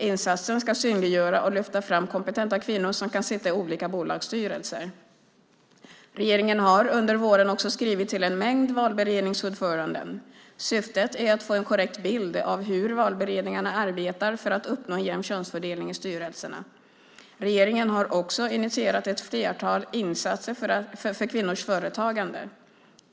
Insatsen ska synliggöra och lyfta fram kompetenta kvinnor som kan sitta i olika bolagsstyrelser. Regeringen har under våren också skrivit till en mängd valberedningsordförande. Syftet är att få en korrekt bild av hur valberedningarna arbetar för att uppnå en jämn könsfördelning i styrelserna. Regeringen har också initierat ett flertal insatser för kvinnors företagande.